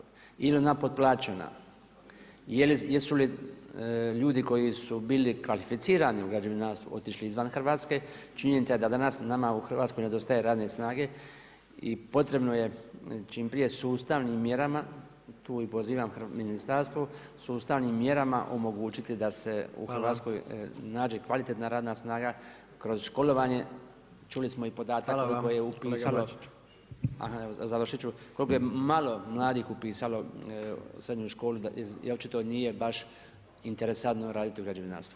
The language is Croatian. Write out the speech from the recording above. Jeli je ona potplaćena, jesu li ljudi koji su bili kvalificirani u građevinarstvu otišli izvan Hrvatske, činjenica je da danas nama u Hrvatskoj nedostaje radne snage i potrebno je čim prije sustavnim mjerama, tu pozivam ministarstvo, sustavnim mjerama omogućiti da se u RH nađe kvalitetna radna snaga kroz školovanje [[Upadica predsjednik: Hvala vam.]] čuli smo i podatak koji je [[Upadica predsjednik: Hvala vam kolega BAčić.]] upisalo, aha evo završit ću koliko je malo mladih upisalo srednju školu jer očito nije baš interesantno raditi u građevinarstvu.